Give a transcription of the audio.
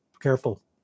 careful